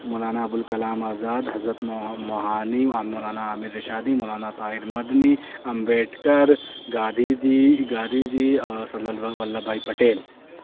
Maulana Abul Kalam Azad Hasrat Mohani Maulana Aamir Rashadi Maulana Tahir Madani Ambedkar Gandhi ji Gandhi ji Sardar Vallabhbhai Patel